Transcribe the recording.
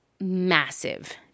massive